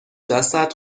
جسد